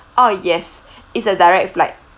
oh yes it's a direct flight